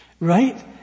Right